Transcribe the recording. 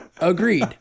Agreed